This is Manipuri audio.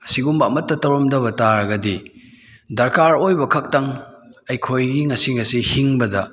ꯑꯁꯤꯒꯨꯝꯕ ꯑꯃꯠꯇ ꯇꯧꯔꯝꯗꯕ ꯇꯥꯔꯒꯗꯤ ꯗꯔꯀꯥꯔ ꯑꯣꯏꯕ ꯈꯛꯇꯪ ꯑꯩꯈꯣꯏꯒꯤ ꯉꯁꯤ ꯉꯁꯤ ꯍꯤꯡꯕꯗ